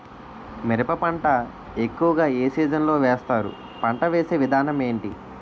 మిరప పంట ఎక్కువుగా ఏ సీజన్ లో వేస్తారు? పంట వేసే విధానం ఎంటి?